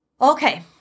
Okay